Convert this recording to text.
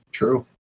True